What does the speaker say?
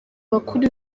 bakuru